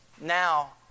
Now